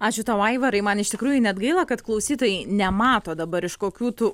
ačiū tau aivarai man iš tikrųjų net gaila kad klausytojai nemato dabar iš kokių tų